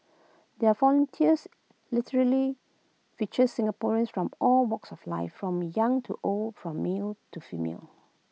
their volunteers literally featured Singaporeans from all walks of life from young to old from male to female